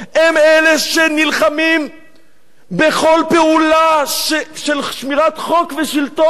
הם אלה שנלחמים בכל פעולה של שמירת חוק ושלטון,